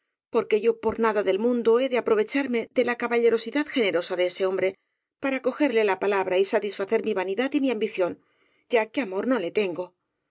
porque yo por nada del mundo he de aprovechar me de la caballerosidad generosa de ese hombre para cogerle la palabra y satisfacer mi vanidad y mi ambición ya que amor no le tengo